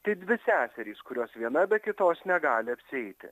tai dvi seserys kurios viena be kitos negali apsieiti